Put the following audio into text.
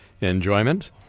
enjoyment